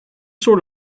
sort